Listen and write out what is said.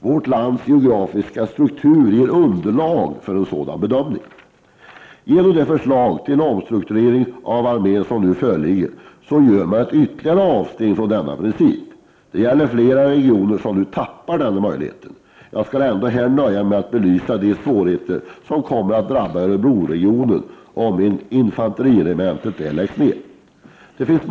Vårt lands geografiska struktur ger underlag för en sådan bedömning. Genom det förslag till omstrukturering av armén som nu föreligger gör man ett ytterligare avsteg från denna princip. Flera regioner förlorar nu denna möjlighet. Jag skall här nöja mig med att belysa de svårigheter som kommer att drabba Örebroregionen om infanteriregementet I 3 läggs ned.